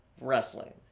wrestling